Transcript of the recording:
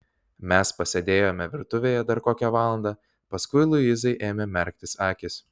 mes pasėdėjome virtuvėje dar kokią valandą paskui luizai ėmė merktis akys